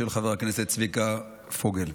של חבר הכנסת צביקה פוגל.